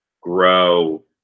Grow